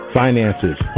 finances